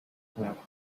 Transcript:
scrapped